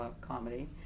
comedy